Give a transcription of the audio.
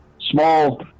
small